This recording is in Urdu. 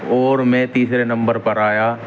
اور میں تیسرے نمبر پر آیا